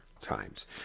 times